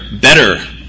better